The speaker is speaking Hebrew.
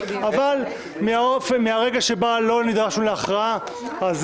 אבל מהרגע שבה לא נדרשנו להכרעה אז